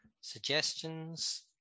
suggestions